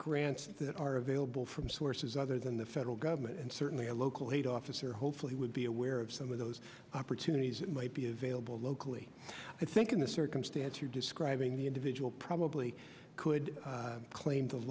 grants that are available from sources other than the federal government and certainly a local aid office or hopefully would be aware of some of those opportunities that might be available locally i think in the circumstance you're describing the individual probably could claim